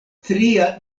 tria